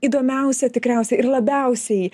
įdomiausia tikriausiai ir labiausiai